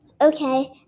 okay